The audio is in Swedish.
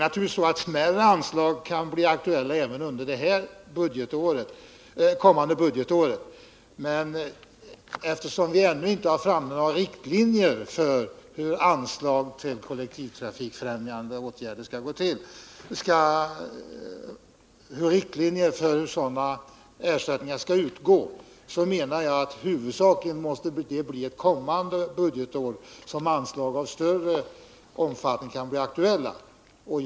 Naturligtvis kan smärre anslag bli aktuella även under det kommande budgetåret, men eftersom vi ännu inte har några riktlinjer klara för hur ersättning skall utgå till kollektivtrafikfrämjande åtgärder, så menar jag att det är först under ett därefter följande budgetår som anslag av större omfattning kan komma i fråga.